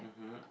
mmhmm